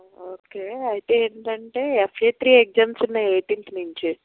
okay అయితే ఏంటంటే FA three exams ఉన్నాయి ఎయిటీన్త్ నుంచి